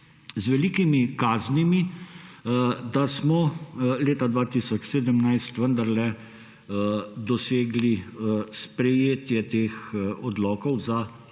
z velikimi kaznimi, da smo leta 2017 vendarle dosegli sprejetje teh odlokov